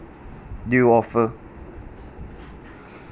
do you offer